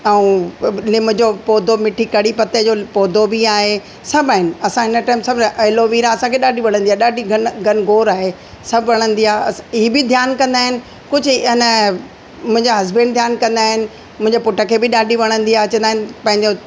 ऐं निम जो पौधो मिठी कढ़ी पत्ते जो पौधो बि आहे सभु आहिनि असां हिन टाइम सभु एलोवीरा असांखे ॾाढी वणंदी आहे ॾाढी घन घनघोर आहे सभु हणंदी आहे हीउ बि ध्यानु कंदा आहिनि कुझु आहे न मुंहिंजा हसबैंड ध्यानु कंदा आहिनि मुंहिंजे पुट खे बि ॾाढी वणंदी आहे चवंदा आहे पंहिंजो